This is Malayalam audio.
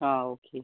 ആ ഓക്കെ